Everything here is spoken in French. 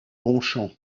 bonchamp